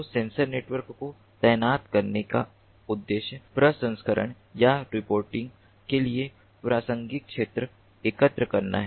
तो sensor network को तैनात करने का उद्देश्य प्रसंस्करण या रिपोर्टिंग के लिए प्रासंगिक डेटा एकत्र करना है